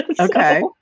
Okay